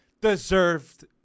deserved